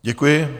Děkuji.